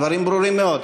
הדברים ברורים מאוד.